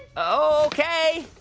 ok.